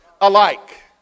alike